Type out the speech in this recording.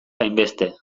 hainbeste